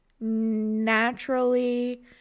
naturally